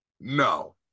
no